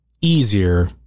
easier